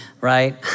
right